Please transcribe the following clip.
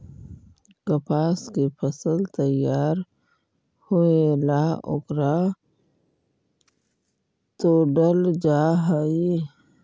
कपास के फसल तैयार होएला ओकरा तोडल जा हई